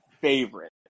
favorite